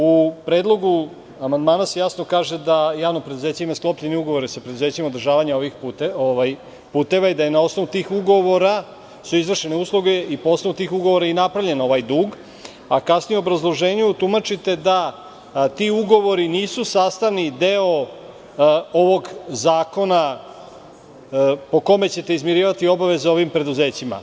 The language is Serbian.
U predlogu amandmana se jasno kaže da javno preduzeće ima sklopljene ugovore sa preduzećima održavanja ovih puteva i da na osnovu tih ugovora su izvršene usluge i po osnovu tih ugovora je i napravljen ovaj dug, a kasnije u obrazloženju tumačite da ti ugovori nisu sastavni deo ovog zakona, po kojem ćete izmirivati obaveze ovim preduzećima.